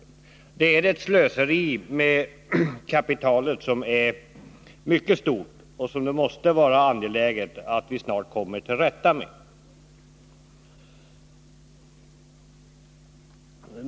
Detta är ett slöseri med kapital som är mycket stort och som det måste vara angeläget att snart komma till rätta med.